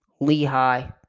Lehigh